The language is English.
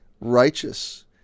Righteous